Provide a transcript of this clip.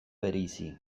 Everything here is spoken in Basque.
bereizi